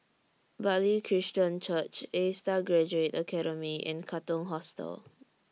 Bartley Christian Church A STAR Graduate Academy and Katong Hostel